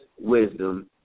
wisdom